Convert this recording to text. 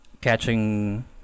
catching